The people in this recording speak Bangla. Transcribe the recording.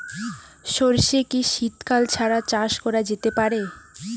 সর্ষে কি শীত কাল ছাড়া চাষ করা যেতে পারে?